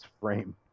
frame